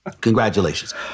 Congratulations